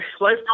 life